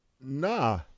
Nah